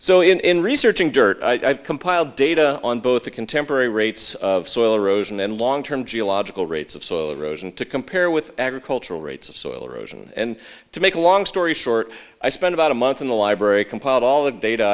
so in researching dirt i've compiled data on both the contemporary rates of soil erosion and long term geological rates of soil erosion to compare with agricultural rates of soil erosion and to make a long story short i spent about a month in the library compiled all the data